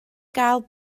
gael